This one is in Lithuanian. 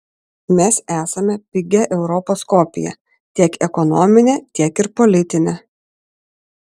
mes esame pigia europos kopija tiek ekonomine tiek ir politine